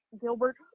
Gilbert